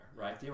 Right